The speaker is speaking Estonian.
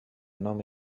enam